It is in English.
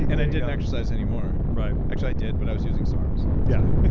and i didn't exercise anymore. right. actually, i did, but i was using sarms. yeah.